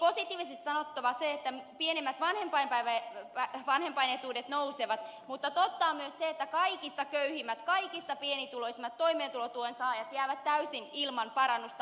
on toki positiivisesti sanottava se että pienimmät vanhempain etuudet nousevat mutta totta on myös se että kaikista köyhimmät kaikista pienituloisimmat toimeentulotuen saajat jäävät täysin ilman parannusta asemaansa